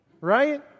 right